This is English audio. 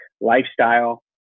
lifestyle